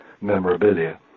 memorabilia